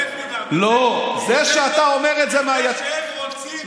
זה שהם רוצים זאת בעיה שלהם,